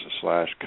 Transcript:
slash